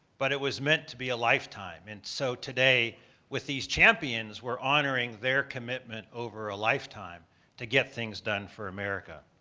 but it was meant to be a lifetime. and so today with these champions we are honoring their commitment over a lifetime to get things done for america.